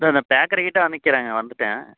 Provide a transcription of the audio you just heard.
தோ அந்த பேக்கரிகிட்ட தான் நிற்கிறேங்க வந்துவிட்டேன்